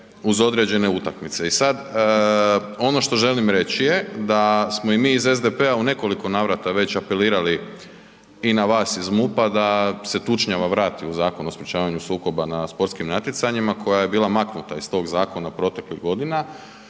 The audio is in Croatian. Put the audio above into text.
uz određene utakmice. I sad, ono što želim reći je da smo i mi iz SDP-a u nekoliko navrata već apelirali i na vas iz MUP-a da se tučnjava vrati u Zakon o sprječavanju sukoba na sportskim natjecanjima koja je bila maknuta iz tog zakona proteklih godina